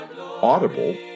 Audible